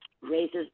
raises